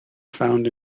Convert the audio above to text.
found